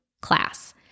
class